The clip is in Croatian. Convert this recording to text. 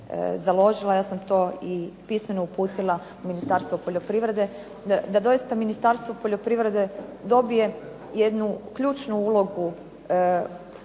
ja sam to i pismeno uputila u Ministarstvo poljoprivrede da doista Ministarstvo poljoprivrede dobije jednu ključnu ulogu